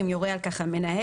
אם יורה על כך המנהל.